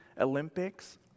Olympics